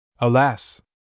Alas